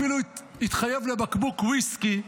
אפילו התחייב לבקבוק וויסקי,